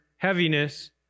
heaviness